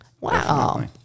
Wow